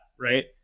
right